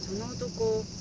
to go.